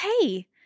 Hey